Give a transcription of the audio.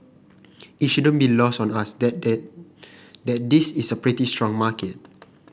it shouldn't be lost on us that that that this is a pretty strong market